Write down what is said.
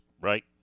right